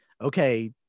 okay